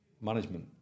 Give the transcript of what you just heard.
management